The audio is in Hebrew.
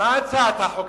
מה היתה הצעת החוק?